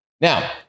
Now